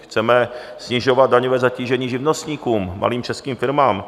Chceme snižovat daňové zatížení živnostníkům, malým českým firmám.